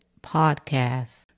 podcast